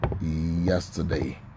yesterday